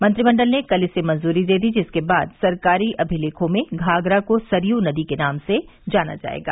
मंत्रिमंडल ने कल इसे मंजूरी दे दी जिसके बाद सरकारी अभिलेखों में घाघरा को सरयू नदी के नाम से जाना जायेगा